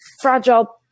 fragile